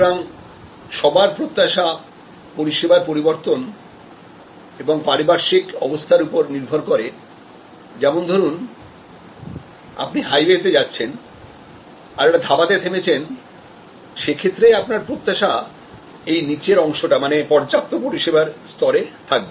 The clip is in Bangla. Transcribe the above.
সুতরাং সবার প্রত্যাশা পরিষেবার পরিবর্তন এবং পারিপার্শ্বিক অবস্থার উপর নির্ভর করে যেমন ধরুন আপনি হাইওয়েতে যাচ্ছেন আর একটা ধাবাতে থেমেছেন সেক্ষেত্রে আপনার প্রত্যাশা এই নিচের অংশটা মানে পর্যাপ্ত পরিষেবার স্তরে থাকবে